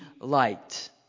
light